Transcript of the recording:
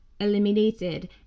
eliminated